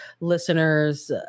listeners